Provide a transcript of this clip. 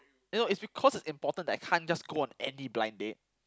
eh no it's because it's important that I can't just go on any blind date